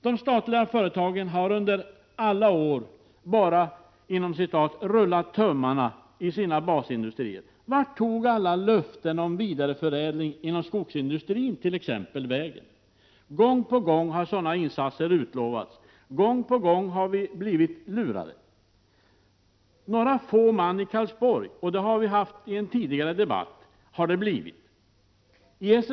De statliga företagen har under alla år bara ”rullat tummarna” vid sina basindustrier. Vart tog t.ex. alla löften om vidareförädling inom skogsindustrin vägen? Gång på gång har sådana insatser utlovats. Gång på gång har vi blivit lurade. Några få man i Karlsborg har fått arbete. Det har vi diskuterat i en tidigare — Prot. 1987/88:34 debatt.